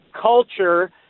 culture